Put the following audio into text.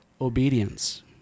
obedience